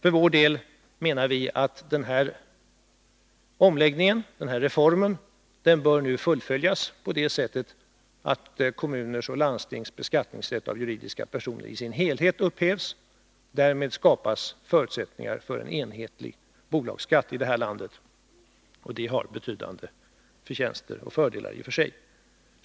Vi moderater anser att denna omläggning, denna reform, bör fullföljas på det sättet att kommuners och landstings beskattningsrätt beträffande juridiska personer i sin helhet upphävs. Därmed skapas förutsättningar för enhetlig bolagsskatt i detta land. Det har betydande förtjänster och fördelar i och för sig.